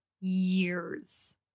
years